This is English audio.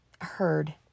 heard